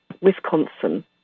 Wisconsin